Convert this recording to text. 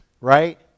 right